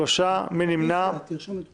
הצבעה בעד, 8 נגד, 3 נמנעים, אין אושרה.